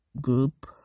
group